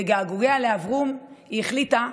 בגעגועיה לאברום היא החליטה,